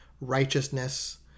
righteousness